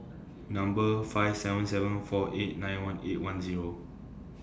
Number five seven seven four eight nine one eight one Zero